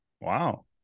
Wow